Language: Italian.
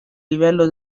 livello